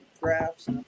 graphs